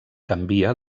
canvia